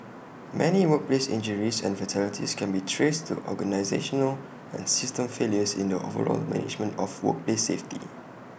many workplace injuries and fatalities can be traced to organisational and system failures in the overall management of workplace safety